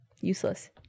Useless